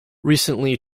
recently